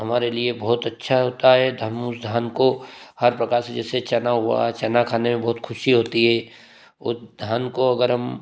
हमारे लिए बहुत अच्छा होता है हम उस धान को हर प्रकार से जैसे चना हुआ चना खाने में बहुत खुशी होती है और धन को अगर हम